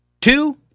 Two